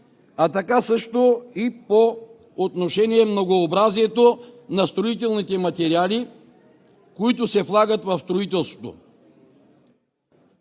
а така също и по отношение на многообразието на строителните материали, които се влагат в строителството.